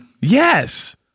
Yes